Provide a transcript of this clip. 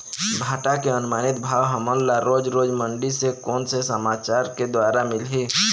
भांटा के अनुमानित भाव हमन ला रोज रोज मंडी से कोन से समाचार के द्वारा मिलही?